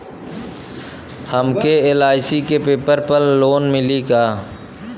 हमके एल.आई.सी के पेपर पर लोन मिली का?